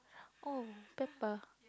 !oh! pepper